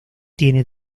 tiene